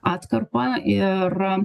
atkarpa ir